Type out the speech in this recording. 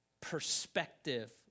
perspective